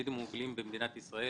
במדדים המובילים במדינת ישראל